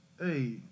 hey